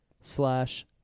slash